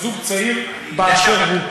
מזל טוב לזוג צעיר באשר הוא.